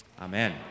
amen